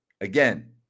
again